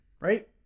right